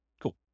Cool